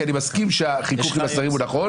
כי אני מסכים שהחיכוך עם השרים הוא נכון.